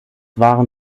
waren